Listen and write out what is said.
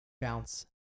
bounce